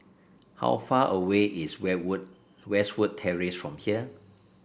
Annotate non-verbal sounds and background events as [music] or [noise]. how far away is [unintelligible] Westwood Terrace from here